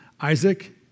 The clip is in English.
Isaac